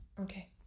Okay